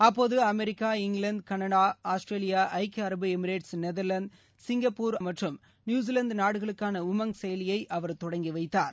அப்போது America England Canada Australia ஐக்கிய அரபு எமிரேட்ஸ் நெதர்லாந்து சிங்ப்பூர் ஆஸ்திரேலியா மற்றும் நியூசிலாந்து நாடுகளுக்கான உமங் செயலியை அவர் தொடங்கி வைத்தார்